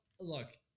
look